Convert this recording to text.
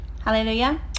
hallelujah